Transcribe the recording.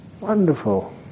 Wonderful